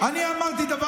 אז דבר.